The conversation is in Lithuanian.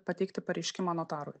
pateikti pareiškimą notarui